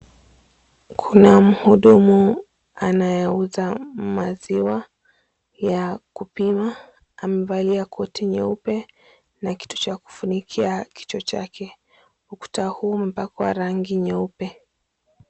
Kuna mhudumu anayeuza maziwa ya kupima , amevalia koti nyeupe na kitu 𝑐ha kufunikia kichwa chake . Ukuta huu umepakwa rangi nyeupe.